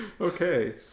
okay